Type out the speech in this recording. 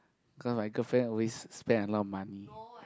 cause my girlfriend always spend a lot money